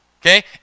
Okay